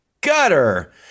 gutter